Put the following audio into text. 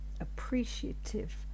appreciative